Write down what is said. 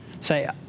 say